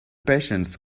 patience